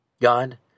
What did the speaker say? God